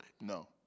No